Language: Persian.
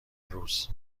روز